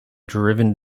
driven